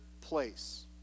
place